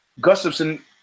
Gustafson